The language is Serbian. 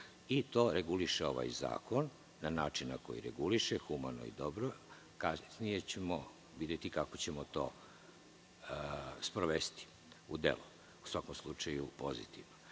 To reguliše ovaj zakon na način na koji reguliše, humano i dobro. Kasnije ćemo videti kako ćemo to sprovesti u delo. U svakom slučaju, pozitivno. Imamo